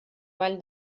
vall